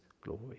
glory